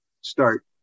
start